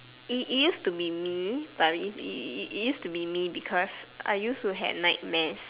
it is to be me but it it it is to be me because I used to had nightmares